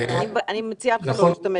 אני מציעה לא להשתמש